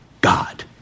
God